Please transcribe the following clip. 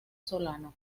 solano